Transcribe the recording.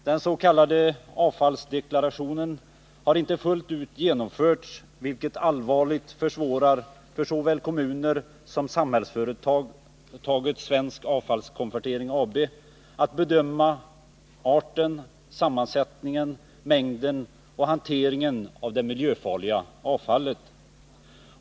Den s.k. avfallsdeklarationen har inte fullt ut genomförts, vilket allvarligt försvårar för såväl kommuner som samhällsföretaget Svensk Avfallskonvertering AB att bedöma arten, sammansättningen, mängden och hanteringen av det miljöfarliga avfallet.